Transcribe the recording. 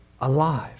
alive